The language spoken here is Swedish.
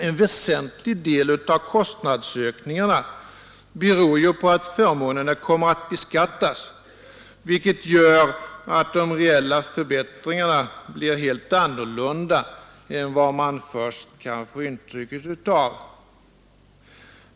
En väsentlig del av kostnadsökningarna beror på att förmånerna kommer att beskattas, vilket gör att de reella förbättringarna blir helt andra än man först kan få intryck av.